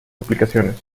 aplicaciones